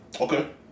Okay